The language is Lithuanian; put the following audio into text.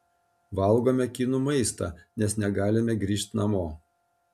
valgome kinų maistą nes negalime grįžt namo